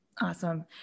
Awesome